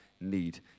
need